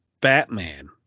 Batman